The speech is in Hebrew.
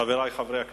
חברי חברי הכנסת,